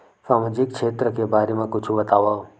सामाजिक क्षेत्र के बारे मा कुछु बतावव?